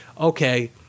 okay